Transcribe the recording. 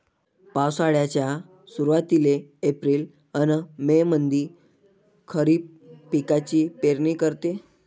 पावसाळ्याच्या सुरुवातीले एप्रिल अन मे मंधी खरीप पिकाची पेरनी करते